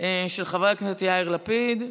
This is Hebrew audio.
לשנים 2019 2020), של חבר הכנסת יאיר לפיד.